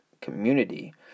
community